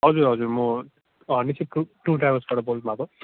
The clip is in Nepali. हजुर हजुर म निस्सी टुर ट्राभल्सबाट बोल्नुभएको